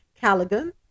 Callaghan